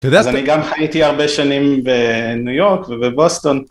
אתה יודע. אז אני גם חייתי הרבה שנים בניו יורק ובבוסטון.